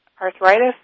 arthritis